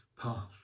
path